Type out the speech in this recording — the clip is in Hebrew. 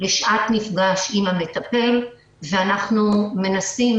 לשעת מפגש עם המטפל ואנחנו מנסים,